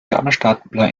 gabelstapler